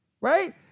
Right